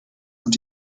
und